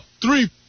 three